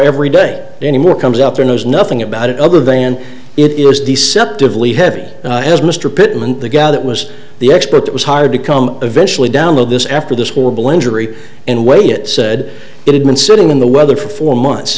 every day any more comes out there knows nothing about it other than it was deceptively heavy as mr pittman the guy that was the expert that was hired to come eventually download this after this horrible injury and wait it said it had been sitting in the weather for months